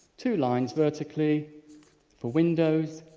two lines vertically for windows,